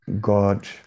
God